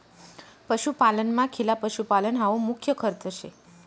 पशुपालनमा खिला पशुपालन हावू मुख्य खर्च शे